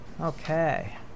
okay